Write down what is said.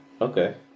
Okay